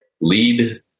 lead